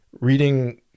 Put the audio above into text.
reading